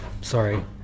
Sorry